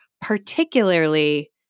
particularly